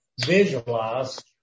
visualize